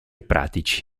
pratici